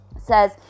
says